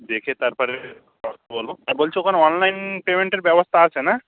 দেখে তারপরে কথা বলব আর বলছি ওখানে অনলাইন পেমেন্টের ব্যবস্থা আছে না